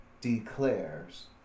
declares